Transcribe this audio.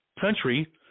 country